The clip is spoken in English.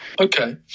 Okay